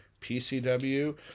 PCW